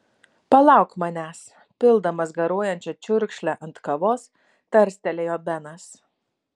palauk manęs pildamas garuojančią čiurkšlę ant kavos tarstelėjo benas